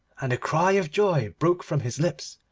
and a cry of joy broke from his lips,